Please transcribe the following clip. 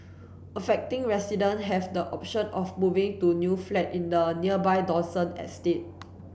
affecting resident have the option of moving to new flat in the nearby Dawson estate